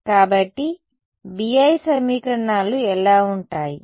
కాబట్టి BI సమీకరణాలు ఎలా ఉంటాయి